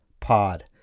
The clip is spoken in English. pod